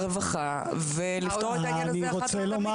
והרווחה ולפתור את העניין הזה אחת ולתמיד,